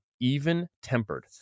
even-tempered